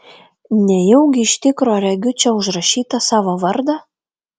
nejaugi iš tikro regiu čia užrašytą savo vardą